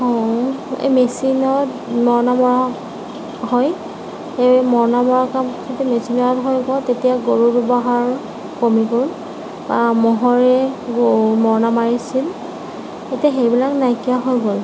মেচিনত মৰণা মৰা হয় মৰণা মৰা কামটো যেতিয়া মেচিনত হৈ গ'ল তেতিয়া গৰুৰ ব্য়ৱহাৰ কমি গ'ল ম'হৰো মৰণা মাৰিছিল এতিয়া সেইবিলাক নাইকিয়া হৈ গ'ল